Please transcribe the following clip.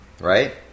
Right